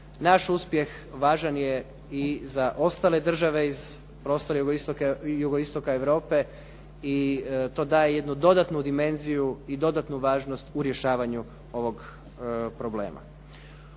Naš uspjeh važan je i za ostale države iz prostora jugoistoka Europe i to daje jednu dodatnu dimenziju i dodatnu važnost u rješavanju ovog problema.